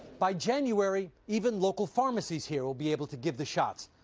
by january even local pharmacies here will be able to give the shots.